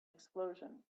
explosion